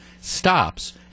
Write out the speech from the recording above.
stops